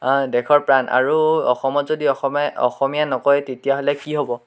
দেশৰ প্ৰাণ আৰু অসমত যদি অসমীয়াই অসমীয়া নকয় তেতিয়াহ'লে কি হ'ব